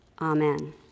Amen